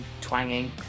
twanging